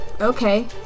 okay